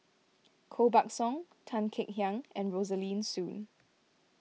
Koh Buck Song Tan Kek Hiang and Rosaline Soon